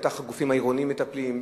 בטח הגופים העירוניים מטפלים,